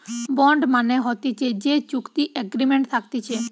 bond মানে হতিছে যে চুক্তি এগ্রিমেন্ট থাকতিছে